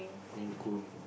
Maine Coon